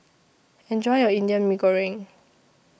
Enjoy your Indian Mee Goreng